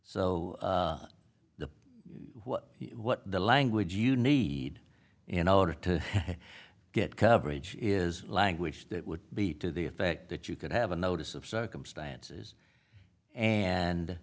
the what the language you need in order to get coverage is language that would be to the effect that you could have a notice of circumstances and